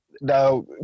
now